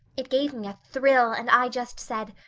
it gave me a thrill and i just said,